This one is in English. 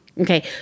Okay